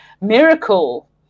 miracle